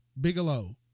Bigelow